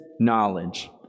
knowledge